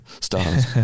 stars